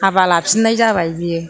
हाबा लाफिननाय जाबाय बियो